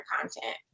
content